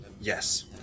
Yes